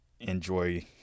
enjoy